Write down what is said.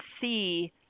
see